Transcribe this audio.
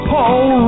Paul